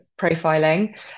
profiling